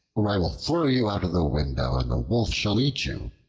or i will throw you out of the window, and the wolf shall eat you.